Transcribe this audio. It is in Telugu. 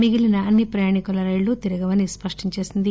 మిగిలిన అన్ని ప్రయాణికుల రైళ్లు తిరగవని స్పష్టం చేసింది